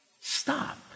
Stop